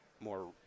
more –